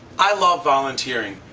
i love volunteering.